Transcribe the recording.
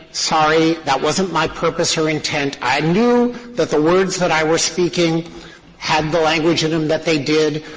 sorry, that wasn't my purpose or intent. i knew that the words that i were speaking had the language in them that they did.